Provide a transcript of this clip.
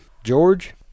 George